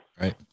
right